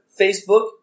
Facebook